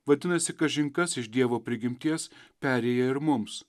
vadinasi kažin kas iš dievo prigimties perėja ir mums